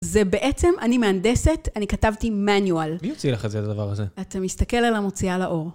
זה בעצם, אני מהנדסת, אני כתבתי מניואל. מי מוציא לך את זה, את הדבר הזה? אתה מסתכל על המוציאה לאור.